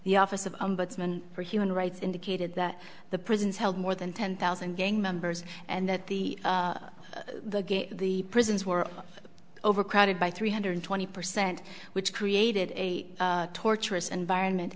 the office of men for human rights indicated that the prisons held more than ten thousand gang members and that the the the prisons were overcrowded by three hundred twenty percent which created a torturous environment